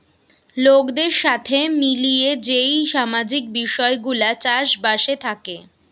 লোকদের সাথে মিলিয়ে যেই সামাজিক বিষয় গুলা চাষ বাসে থাকে